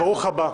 ברוך הבא.